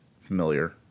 familiar